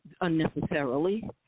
unnecessarily